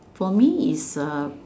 for me is uh